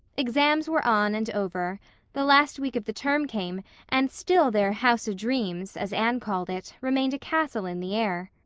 exams were on and over the last week of the term came and still their house o'dreams, as anne called it, remained a castle in the air.